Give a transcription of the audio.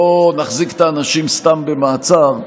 לא נחזיק את האנשים סתם במעצר,